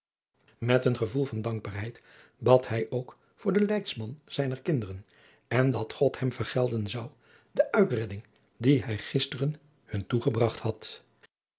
met een gevoel van dankbaarheid bad hij ook voor den leidsman zijner kinderen en dat god hem vergelden zou de uitredding die hij gisteren hun toegebragt had